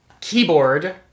keyboard